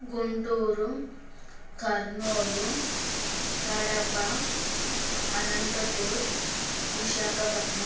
Guntur Kurnool Kadapa Anantapur Visakhapatnam